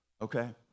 okay